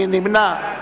מי נמנע?